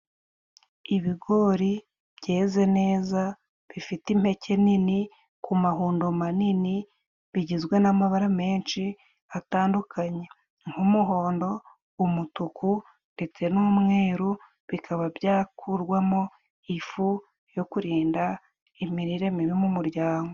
Ibigori byeze neza, bifite impeke nini ku mahundo manini, bigizwe n'amabara menshi atandukanye nk'umuhondo, umutuku, ndetse n'umweru, bikaba byakurwamo ifu yo kurinda imirire mibi mu muryango.